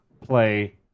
play